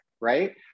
right